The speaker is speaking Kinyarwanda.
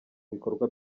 bikorwa